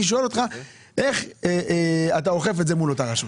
שואל אותך איך אתה אוכף את זה מול אותה רשות.